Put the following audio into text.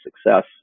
success